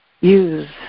use